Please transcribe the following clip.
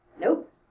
Nope